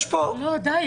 די.